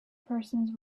persons